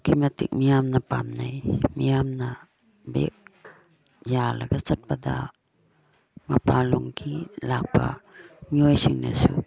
ꯑꯗꯨꯛꯀꯤ ꯃꯇꯤꯛ ꯃꯤꯌꯥꯝꯅ ꯄꯥꯝꯅꯩ ꯃꯤꯌꯥꯝꯅ ꯕꯦꯒ ꯌꯥꯜꯂꯒ ꯆꯠꯄꯗ ꯃꯄꯥꯟ ꯂꯣꯝꯒꯤ ꯂꯥꯛꯄ ꯃꯤꯑꯣꯏꯁꯤꯡꯅꯁꯨ